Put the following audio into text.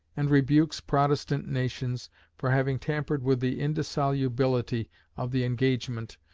and rebukes protestant nations for having tampered with the indissolubility of the engagement,